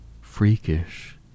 freakish